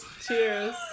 Cheers